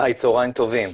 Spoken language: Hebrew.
צוהריים טובים.